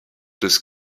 des